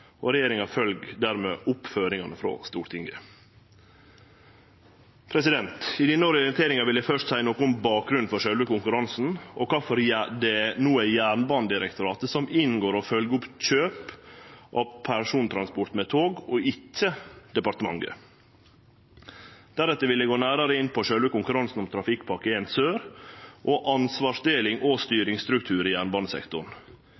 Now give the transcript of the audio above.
jernbanen. Regjeringa følgjer dermed opp føringane frå Stortinget. I denne orienteringa vil eg først seie noko om bakgrunnen for sjølve konkurransen, og kvifor det no er Jernbanedirektoratet som inngår og følgjer opp kjøp av persontransport med tog, og ikkje departementet. Deretter vil eg gå nærare inn på sjølve konkurransen om Trafikkpakke l Sør og ansvarsdeling og